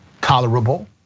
tolerable